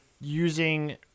using